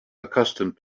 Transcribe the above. accustomed